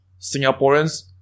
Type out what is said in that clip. Singaporeans